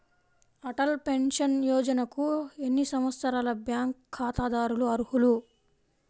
Atal pension యోజనకు ఎన్ని సంవత్సరాల బ్యాంక్ ఖాతాదారులు అర్హులు?